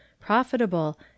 profitable